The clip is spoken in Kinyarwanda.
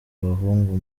bahungu